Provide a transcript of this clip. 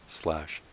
slash